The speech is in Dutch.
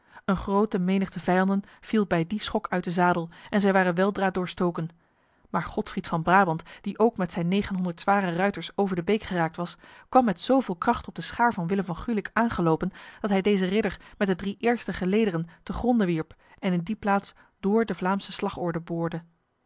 een grote menigte vijanden viel bij die schok uit de zadel en zij waren weldra doorstoken maar godfried van brabant die ook met zijn negenhonderd zware ruiters over de beek geraakt was kwam met zoveel kracht op de schaar van willem van gulik aangelopen dat hij deze ridder met de drie eerste gelederen te gronde wierp en in die plaats door de vlaamse slagorde boorde